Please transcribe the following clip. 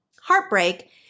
heartbreak